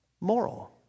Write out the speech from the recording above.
moral